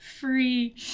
free